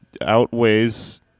outweighs